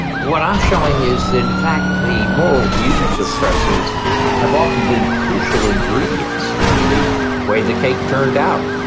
what i'm showing is, in fact, the moral views of presidents have often been crucial ingredients in the way the cake turned out.